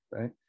right